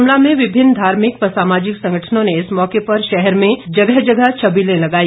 शिमला में विभिन्न धार्मिक व सामाजिक संगठनों ने इस मौके पर शहर में जगह जगह छबीले लगाई